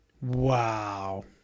Wow